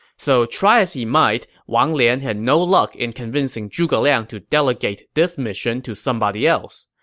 so try as he might, wang lian had no luck in convincing zhuge liang to delegate this mission to somebody else.